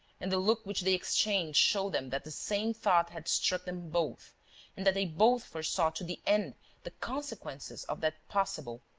and the look which they exchanged showed them that the same thought had struck them both and that they both foresaw to the end the consequences of that possible,